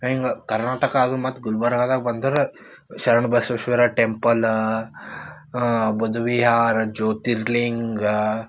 ಹಿಂಗೆ ಕರ್ನಾಟಕ ಅದು ಮತ್ತು ಗುಲ್ಬರ್ಗದಾಗ ಬಂದರೆ ಶರಣ ಬಸವೇಶ್ವರ ಟೆಂಪಲ್ಲ ಬುದ್ಧ ವಿಹಾರ ಜ್ಯೋತಿರ್ಲಿಂಗ